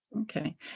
Okay